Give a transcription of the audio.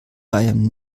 bayern